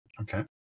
Okay